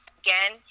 again